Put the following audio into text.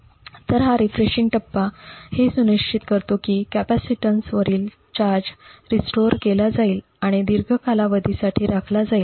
तर हा रीफ्रेशिंग टप्पा हे सुनिश्चित करतो की कपॅसिटीन्सवरील चार्ज पुनर्संचयित केला जाईल आणि दीर्घ कालावधीसाठी राखला जाईल